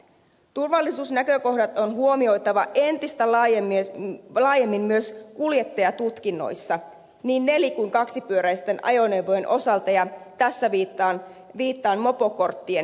turvallisuusnäkökohdat on huomioitava entistä laajemmin myös kuljettajatutkinnoissa niin neli kuin kaksipyöräisten ajoneuvojen osalta ja tässä viittaan mopokorttien tärkeyteen